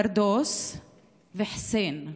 פרדוס וחוסיין.